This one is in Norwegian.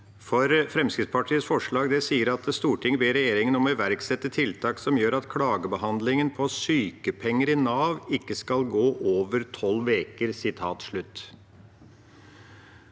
det. Fremskrittspartiets forslag lyder: «Stortinget ber regjeringen iverksette tiltak som gjør at en klagebehandling på sykepenger i Nav ikke skal gå over 12 uker.»